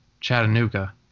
Chattanooga